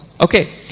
Okay